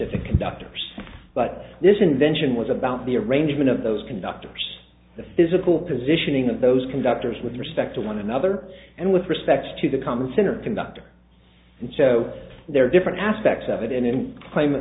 specific conductors but this invention was about the arrangement of those conductors the physical positioning of those conductors with respect to one another and with respect to the common center conductor and so there are different aspects of it in